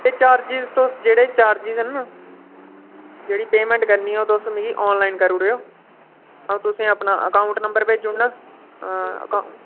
ते चार्जिस तुस जेह्ड़े चार्जिस न जेह्ड़ी पेमेंट करनी ओह् तुस मिकी आनलाइन करी ओड़ेओ अऊं तुसें अपना अकाउंट नंबर भेजी ओड़ना